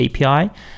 API